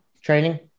training